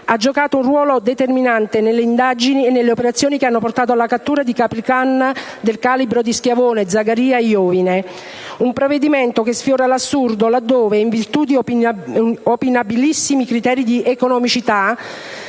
ha giocato un ruolo determinante nelle indagini e nelle operazioni che hanno portato alla cattura di capiclan del calibro di Schiavone, Zagaria e Iovine; un provvedimento che sfiora l'assurdo in virtù di opinabilissimi criteri di economicità.